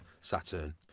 Saturn